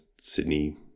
Sydney